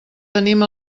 tenim